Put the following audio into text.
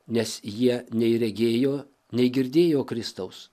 nes jie nei regėjo nei girdėjo kristaus